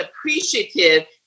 appreciative